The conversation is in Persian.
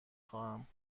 خواهم